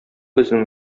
безнең